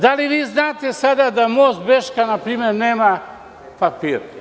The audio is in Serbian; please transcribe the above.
Da li vi znate sada da most Beška npr. nema papire?